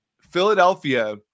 Philadelphia